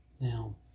Now